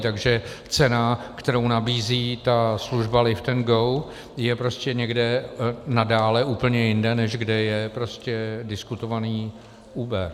Takže cena, kterou nabízí ta služba Liftago, je prostě někde nadále úplně jinde, než kde je prostě diskutovaný Uber.